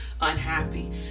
unhappy